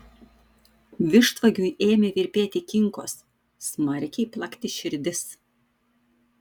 vištvagiui ėmė virpėti kinkos smarkiai plakti širdis